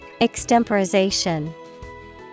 Extemporization